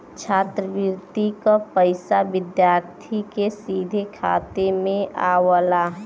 छात्रवृति क पइसा विद्यार्थी के सीधे खाते में आवला